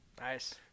Nice